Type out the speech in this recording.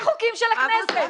זה החוקים של הכנסת.